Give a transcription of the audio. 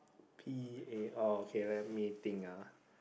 p_a oh okay let me think ah